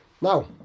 now